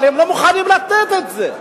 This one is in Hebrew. אבל הם לא מוכנים לתת את זה,